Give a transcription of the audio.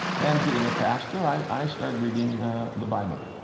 and, being a pastor, i started reading the bible.